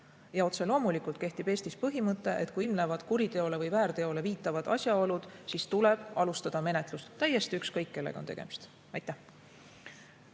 Ja otse loomulikult kehtib Eestis põhimõte, et kui ilmnevad kuriteole või väärteole viitavad asjaolud, siis tuleb alustada menetlust, seejuures on täiesti ükskõik, kellega on tegemist. Aitäh!